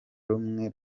rumwe